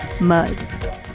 Mud